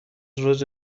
روز